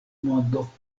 mondo